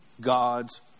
God's